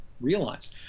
realize